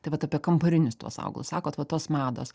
tai vat apie kambarinius tuos augalus sakot va tos mados